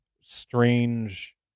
strange